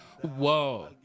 whoa